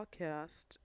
podcast